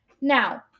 Now